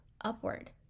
upward